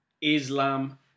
Islam